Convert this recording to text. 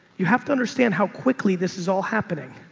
you have to understand how quickly this is all happening,